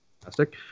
fantastic